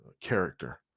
character